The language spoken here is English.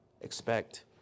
expect